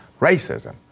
Racism